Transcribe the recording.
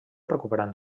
recuperant